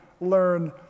learn